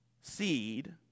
seed